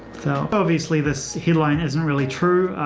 so obviously, this headline isn't really true.